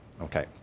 okay